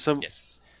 Yes